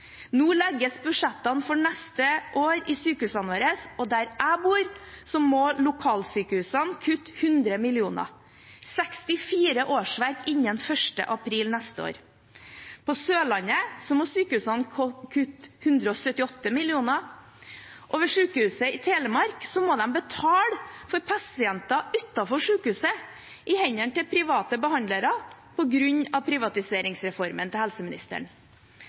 Nå legges budsjettene for neste år for sykehusene våre, og der jeg bor, må lokalsykehusene kutte 100 mill. kr – 64 årsverk – innen 1. april neste år. På Sørlandet må sykehusene kutte 178 mill. kr. Og ved Sykehuset Telemark må de betale for pasienter utenfor sykehuset – som er i hendene til private behandlere på grunn av privatiseringsreformen til helseministeren.